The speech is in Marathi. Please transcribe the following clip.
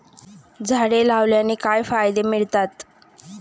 झाडे लावण्याने काय फायदे मिळतात?